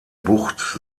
bucht